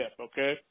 okay